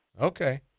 Okay